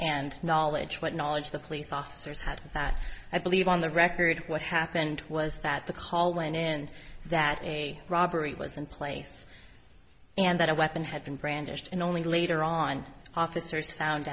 and knowledge what knowledge the police officers had that i believe on the record what happened was that the call went in that a robbery was in place and that a weapon had been brandished and only later on officers found